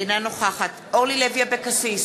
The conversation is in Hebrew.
אינה נוכחת אורלי לוי אבקסיס,